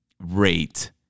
rate